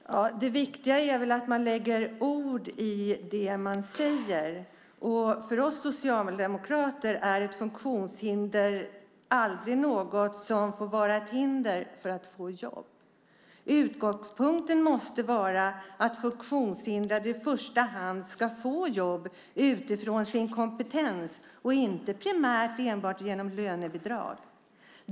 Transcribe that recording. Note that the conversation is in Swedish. Herr talman! Det viktiga är väl att man lägger ord i det man säger. För oss socialdemokrater är ett funktionshinder aldrig något som får vara ett hinder för att få jobb. Utgångspunkten måste vara att funktionshindrade i första hand ska få jobb utifrån sin kompetens och inte primärt enbart genom lönebidrag.